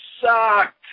sucked